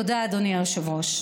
תודה, אדוני היושב-ראש.